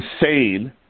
insane